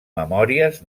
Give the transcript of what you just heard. memòries